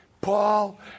Paul